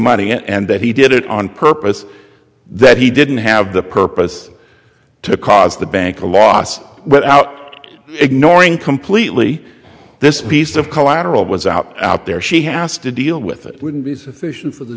money and that he did it on purpose that he didn't have the purpose to cause the bank a loss without ignoring completely this piece of collateral was out out there she has to deal with it wouldn't be sufficient for the